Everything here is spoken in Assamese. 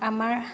আমাৰ